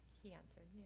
he answered,